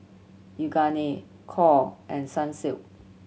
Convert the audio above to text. Yoogane Knorr and Sunsilk